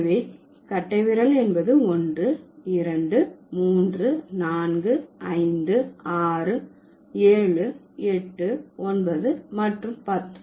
எனவே கட்டைவிரல் என்பது ஒன்று இரண்டு மூன்று நான்கு ஐந்து ஆறு ஏழு எட்டு ஒன்பது மற்றும் பத்து